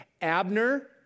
Abner